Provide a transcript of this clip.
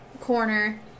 corner